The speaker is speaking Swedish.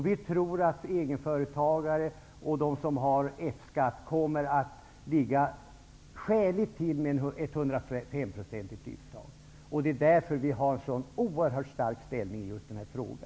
Vi tror att egenföretagare och de som har F-skatt kommer att ligga skäligt till med ett uttag på 105 %. Det är därför som vi har en så oerhört stark ställning i just denna fråga.